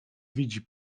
widzi